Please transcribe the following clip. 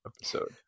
episode